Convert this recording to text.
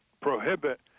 prohibit